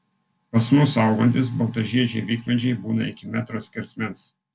pas mus augantys baltažiedžiai vikmedžiai būna iki metro skersmens